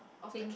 pink